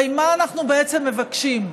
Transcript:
הרי מה אנחנו בעצם מבקשים?